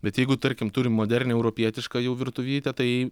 bet jeigu tarkim turim modernią europietišką jau virtuvytę tai